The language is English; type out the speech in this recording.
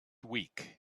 week